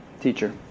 teacher